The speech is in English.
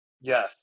Yes